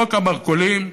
חוק המרכולים,